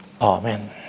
Amen